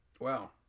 wow